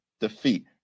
defeat